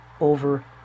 over